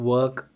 Work